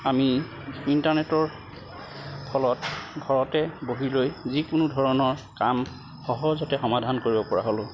আমি ইণ্টাৰনেটৰ ফলত ঘৰতে বহি লৈ যিকোনো ধৰণৰ কাম সহজতে সমাধান কৰিব পৰা হ'লোঁ